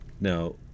Now